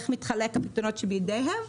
איך מתחלקים הפיקדונות שבידיהם,